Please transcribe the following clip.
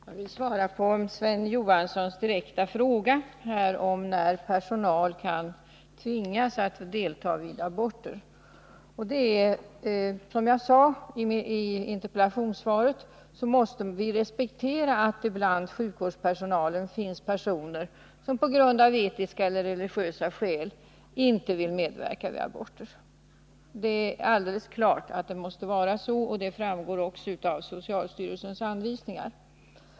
Fru talman! Jag vill svara på Sven Johanssons direkta fråga om när personal kan tvingas att delta vid aborter. Vi måste, som jag sade i interpellationssvaret, respektera att det bland sjukvårdspersonalen finns personer som av etiska eller religiösa skäl inte vill medverka vid aborter. Det är alldeles klart att det måste vara så. Det framgår också av socialstyrelsens anvisningar.